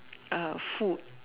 err food